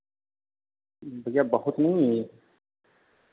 भैया बहुत नहीं है ये